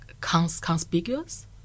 conspicuous